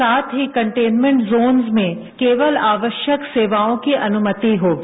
साथ ही containment zones में केवल आवश्यक सेवाओं की अनुमति होगी